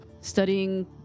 Studying